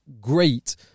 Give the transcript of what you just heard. great